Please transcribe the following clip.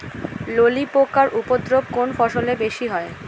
ললি পোকার উপদ্রব কোন ফসলে বেশি হয়?